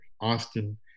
Austin